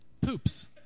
Poops